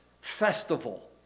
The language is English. festival